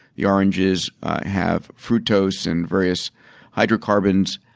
your oranges have fructose and various hydrocarbons.